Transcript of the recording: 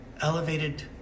elevated